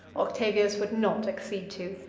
octavius would not accede to,